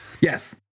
Yes